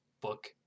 book